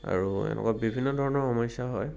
আৰু এনেকুৱা বিভিন্ন ধৰণৰ সমস্যা হয়